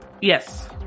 Yes